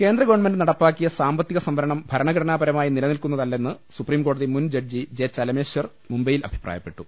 കേന്ദ്രഗവൺമെന്റ് നടപ്പാക്കിയ സാമ്പത്തിക സംവരണം ഭര ണഘടനാപരമായി നിലനിൽക്കുന്നതല്ലെന്ന് സുപ്രീംകോടതി മുൻ ജഡ്ജി ജെ ചെലമേശ്വർ മുംബൈയിൽ അഭിപ്രായപ്പെട്ടു